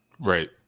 Right